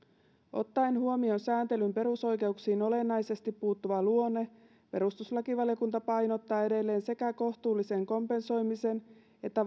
ottaen huomioon sääntelyn perusoikeuksiin olennaisesti puuttuva luonne perustuslakivaliokunta painottaa edelleen sekä kohtuullisen kompensoimisen että